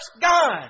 God